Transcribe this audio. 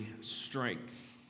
strength